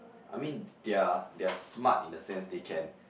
I mean they're they're smart in the sense they can